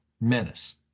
menace